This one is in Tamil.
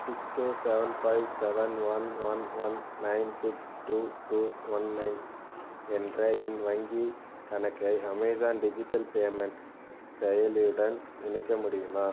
six two seven five seven one one one nine six two two one nine என்ற என் வங்கிக் கணக்கை அமேஸான் டிஜிட்டல் பேமெண்ட் செயலியுடன் இணைக்க முடியுமா